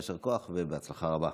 יישר כוח ובהצלחה רבה.